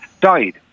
died